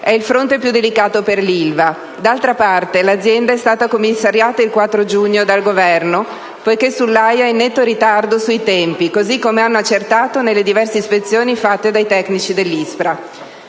è il fronte più delicato per l'Ilva. D'altra parte, l'azienda è stata commissariata il 4 giugno dal Governo poiché sull'AIA è in netto ritardo sui tempi, così come hanno accertato nelle diverse ispezioni fatte dai tecnici dell'ISPRA.